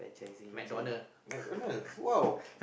friends like this McDonald's !wow!